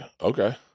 Okay